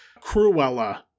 Cruella